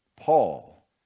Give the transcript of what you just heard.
Paul